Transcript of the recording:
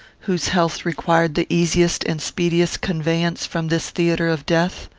whose health required the easiest and speediest conveyance from this theatre of death?